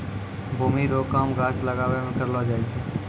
भूमि रो काम गाछ लागाबै मे करलो जाय छै